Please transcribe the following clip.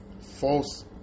false